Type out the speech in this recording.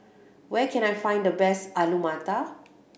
where can I find the best Alu Matar